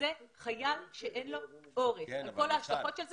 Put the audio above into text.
שזה חייל שאין לו עורף על ההשלכות של זה,